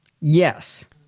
yes